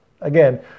again